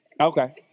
Okay